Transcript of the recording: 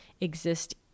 exist